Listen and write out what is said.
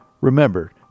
Remember